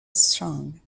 strong